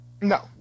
no